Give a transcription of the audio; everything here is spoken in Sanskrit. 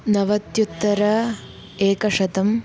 नवत्युत्तर एकशतं